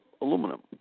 aluminum